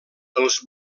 els